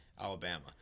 Alabama